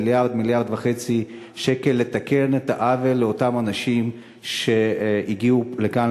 מיליארד שקל כדי לתקן את העוול לאותם אנשים שהגיעו לכאן,